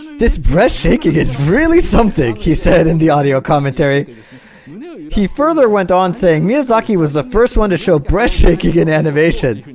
this bread shake is really something he said in the audio commentary he further went on saying miyazaki was the first one to show bread shaking in animation